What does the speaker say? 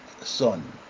son